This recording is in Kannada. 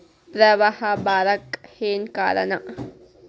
ಪ್ರವಾಹ ಬರಾಕ್ ಏನ್ ಕಾರಣ?